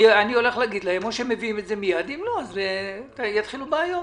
אני הולך להגיד להם שאם הם לא יביאו את זה מיד אז יתחילו בעיות.